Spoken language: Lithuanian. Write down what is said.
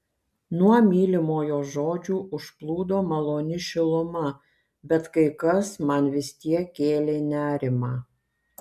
nuo mylimojo žodžių užplūdo maloni šiluma bet kai kas man vis tiek kėlė nerimą